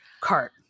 cart